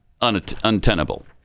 untenable